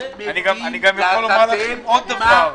אני רוצה להבין למה